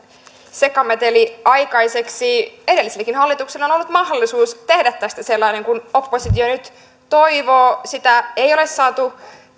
sekameteli aikaiseksi edellisilläkin hallituksilla on ollut mahdollisuus tehdä tästä sellainen kuin oppositio nyt toivoo sitä ei ole saatu